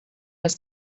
was